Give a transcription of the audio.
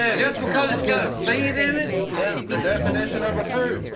ah just because it's got a seed in it? yeah the definition of a fruit.